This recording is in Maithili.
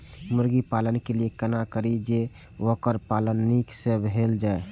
मुर्गी पालन के लिए केना करी जे वोकर पालन नीक से भेल जाय?